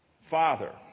father